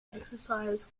exercise